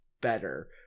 better